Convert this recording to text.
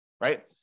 right